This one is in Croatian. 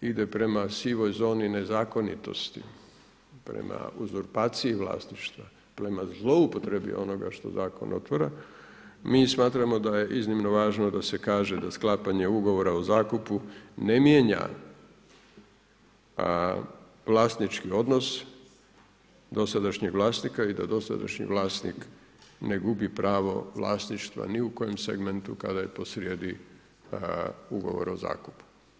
ide prema sivoj zoni nezakonitosti, prema uzurpaciji vlasništva, prema zloupotrebi onoga što zakona otvara, mi smatramo da je iznimno važno da se kaže da sklapanje ugovora o zakupu ne mijenja vlasnički odnos dosadašnjeg vlasnika i da dosadašnji vlasnik ne gubi pravo vlasništva ni u kojem segmentu kada je posrijedi ugovor o zakupu.